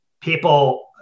people